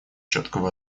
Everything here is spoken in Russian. четкого